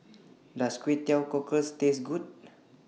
Does Kway Teow Cockles Taste Good